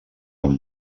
amb